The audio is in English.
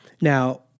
Now